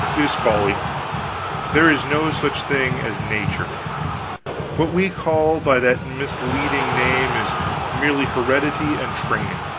it is folly there is no such thing as nature what we call by that misleading name is merely heredity and training.